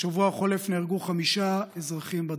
בשבוע החולף נהרגו חמישה אזרחים בדרכים.